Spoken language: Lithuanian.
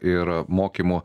ir mokymo